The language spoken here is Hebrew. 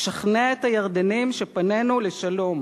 לשכנע את הירדנים שפנינו לשלום,